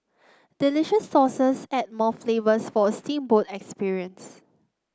delicious sauces add more flavours for a steamboat experience